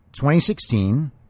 2016